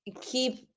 keep